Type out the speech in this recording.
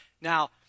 Now